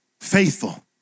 faithful